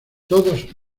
todos